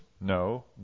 No